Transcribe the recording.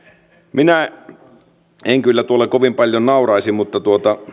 minä en kyllä tuolle kovin paljon nauraisi mutta